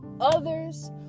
others